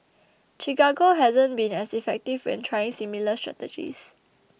Chicago hasn't been as effective when trying similar strategies